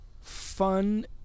fun